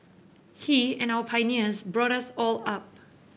he and our pioneers brought us all up